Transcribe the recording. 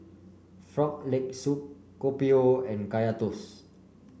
Frog Leg Soup Kopi O and Kaya Toast